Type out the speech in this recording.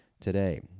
today